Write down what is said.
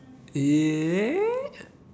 ya